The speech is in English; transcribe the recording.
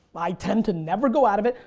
i tend to never go out of it.